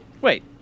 Wait